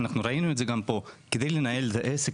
ראינו את זה גם פה שכדי לנהל את העסק